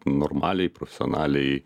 normaliai profesionaliai